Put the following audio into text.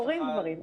קורים דברים.